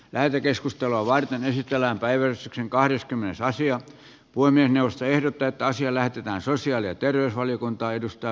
lähetekeskustelua varten kehitellään päivystyksen kahdeskymmenes aasian puiminen puhemiesneuvosto ehdottaa että asia lähetetään sosiaali ja terveysvaliokuntaan